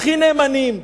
הכי נאמנים,